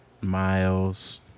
Miles